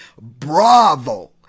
bravo